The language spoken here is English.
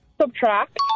Subtract